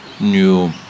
new